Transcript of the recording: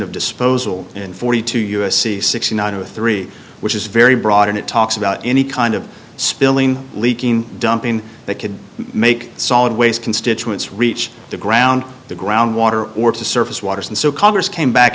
of disposal in forty two u s c sixty nine zero three which is very broad and it talks any kind of spilling leaking dumping that could make solid waste constituents reach the ground the ground water or to surface waters and so congress came back